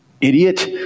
Idiot